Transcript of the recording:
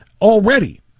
already